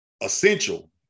essential